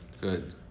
Good